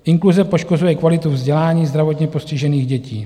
Inkluze poškozuje kvalitu vzdělání zdravotně postižených dětí.